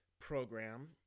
program